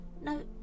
No